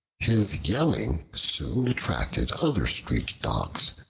his yelling soon attracted other street dogs,